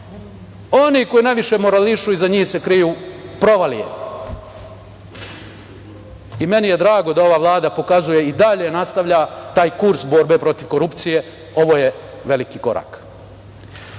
Oni koji najviše morališu iza njih se kriju provalije. Meni je drago da ova Vlada pokazuje i dalje nastavlja taj kurs borbe protiv korupcije. Ovo je veliki korak. Neću